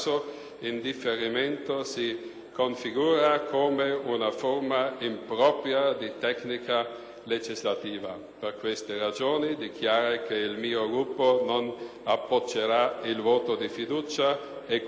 configura come una forma impropria di tecnica legislativa. Per queste ragioni dichiaro che il mio Gruppo non appoggerà il voto di fiducia e, quindi, esprimerà